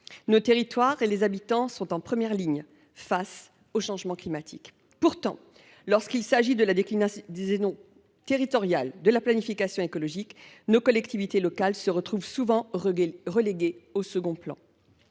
Nos territoires et les habitants sont en première ligne face au changement climatique. Pourtant, lorsqu’il s’agit de la déclinaison territoriale de la planification écologique, nos collectivités locales se retrouvent souvent reléguées au second plan.